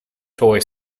toy